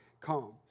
calm